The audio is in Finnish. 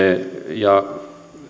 ja